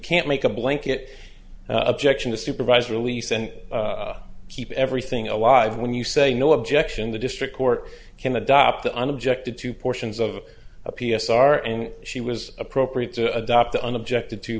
can't make a blanket objection to supervised release and keep everything alive when you say no objection the district court can adopt the un objected to portions of a p s r and she was appropriate to adopt the un objected to